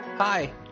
Hi